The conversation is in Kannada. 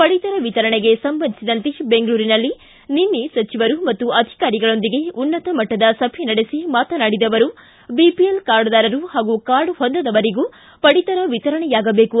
ಪಡಿತರ ವಿತರಣೆಗೆ ಸಂಬಂಧಿಸಿದಂತೆ ಬೆಂಗಳೂರಿನಲ್ಲಿ ನಿನ್ನೆ ಸಚಿವರು ಮತ್ತು ಅಧಿಕಾರಿಗಳೊಂದಿಗೆ ಉನ್ನತ ಮಟ್ಟದ ಸಭೆ ನಡೆಸಿದ ಅವರು ಬಿಪಿಎಲ್ ಕಾರ್ಡ್ದಾರರು ಹಾಗೂ ಕಾರ್ಡ್ ಹೊಂದದವರಿಗೂ ಪಡಿತರ ವಿತರಣೆಯಾಗಬೇಕು